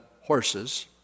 horses